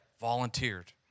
volunteered